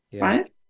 right